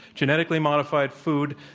genetically modified food,